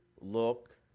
look